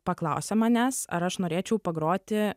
paklausė manęs ar aš norėčiau pagroti